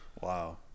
Wow